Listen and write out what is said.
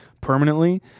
permanently